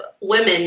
women